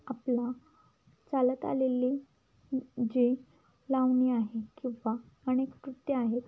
आपला चालत आलेली जी लावणी आहे किंवा अनेक नृत्य आहेत